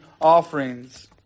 offerings